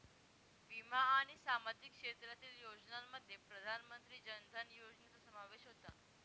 विमा आणि सामाजिक क्षेत्रातील योजनांमध्ये प्रधानमंत्री जन धन योजनेचा समावेश होतो